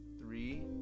three